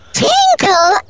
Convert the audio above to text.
tinkle